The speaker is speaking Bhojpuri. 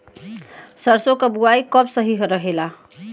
सरसों क बुवाई कब सही रहेला?